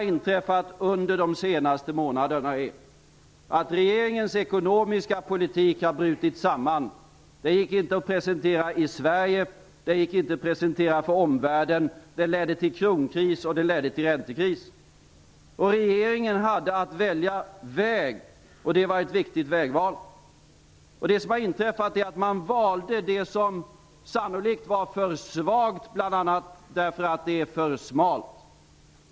Under de senaste månaderna har regeringens ekonomiska politik brutit samman. Den gick inte att presentera i Sverige, och den gick inte att presentera för omvärlden. Den ledde till kronkris och räntekris. Regeringen hade att välja väg. Det var ett viktigt vägval. Det som har inträffat är att man valde det som sannolikt var för svagt bl.a. därför att det är för smalt.